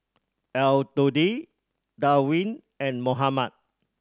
Elodie Darwin and Mohammad